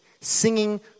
Singing